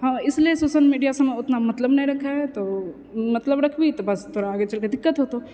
हँ इसलिए सोशल मीडियासँ उतना मतलब नहि रखिहे तऽओ मतलब रखबीही तऽ बस तोरा आगे चलिके दिक्कत होतौ